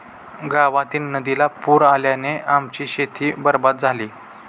गावातील नदीला पूर आल्याने आमची शेती बरबाद झाली